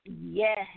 Yes